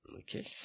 Okay